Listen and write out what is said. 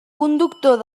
conductor